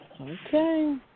okay